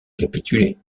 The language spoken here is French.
capituler